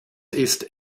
ist